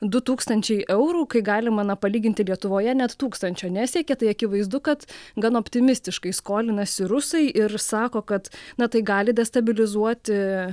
du tūkstančiai eurų kai galima na palyginti lietuvoje net tūkstančio nesiekia tai akivaizdu kad gan optimistiškai skolinasi rusai ir sako kad na tai gali destabilizuoti